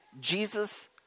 Jesus